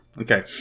Okay